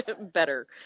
better